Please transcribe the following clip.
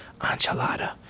enchilada